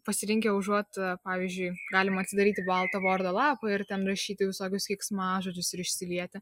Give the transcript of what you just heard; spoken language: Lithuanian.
pasirinkę užuot pavyzdžiui galima atsidaryti baltą vordo lapą ir ten rašyti visokius keiksmažodžius ir išsilieti